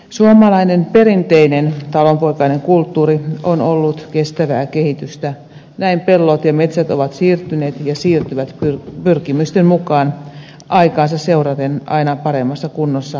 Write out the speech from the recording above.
suomalainen perinteinen talonpoikainen kulttuuri on ollut kestävää kehitystä näin pellot ja metsät ovat siirtyneet ja siirtyvät pyrkimysten mukaan aikaansa seuraten aina paremmassa kunnossa tuleville sukupolville